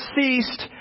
ceased